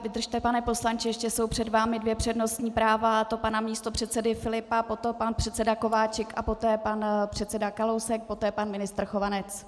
Vydržte, pane poslanče, ještě jsou před vámi dvě přednostní práva, a to pana místopředsedy Filipa a potom pan předseda Kováčik a potom pan předseda Kalousek, poté pan ministr Chovanec.